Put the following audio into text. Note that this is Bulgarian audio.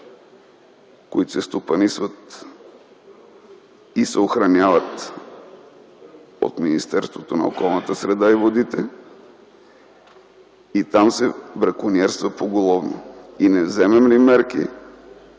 които се стопанисват и се охраняват от Министерството на околната среда и водите и там се бракониерства поголовно. Не вземем ли мерки,